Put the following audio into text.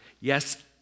Yes